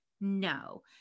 No